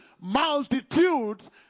multitudes